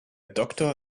doctor